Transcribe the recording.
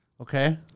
Okay